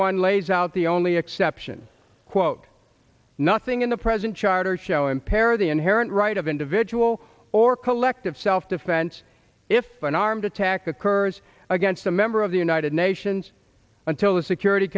one lays out the only exception quote nothing in the present charter show impair the inherent right of individual or collective self defense if an armed attack occurs against a member of the united nations until the security